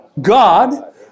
God